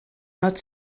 not